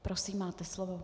Prosím, máte slovo.